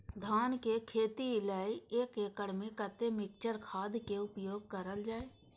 धान के खेती लय एक एकड़ में कते मिक्चर खाद के उपयोग करल जाय?